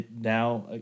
Now